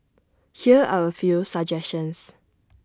here are A few suggestions